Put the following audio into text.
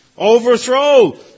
Overthrow